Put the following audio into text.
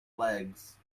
legs